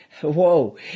Whoa